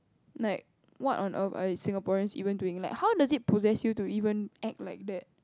like what on earth are Singaporeans even doing how does it process you to even act like that